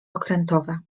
okrętowe